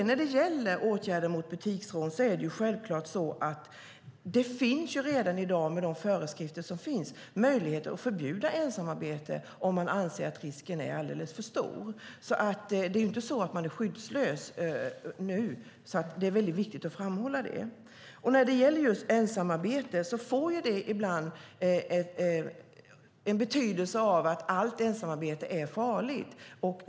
När det gäller åtgärder mot butiksrån finns det självklart redan i dag, med de föreskrifter som finns, möjligheter att förbjuda ensamarbete om man anser att risken är alldeles för stor. Det är inte så att man är skyddslös nu. Det är viktigt att framhålla det. När det gäller just ensamarbete låter det ibland som att allt ensamarbete är farligt.